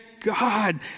God